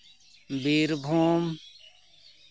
Birbhum